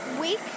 week